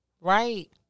Right